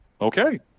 okay